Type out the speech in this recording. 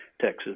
Texas